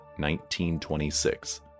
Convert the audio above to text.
1926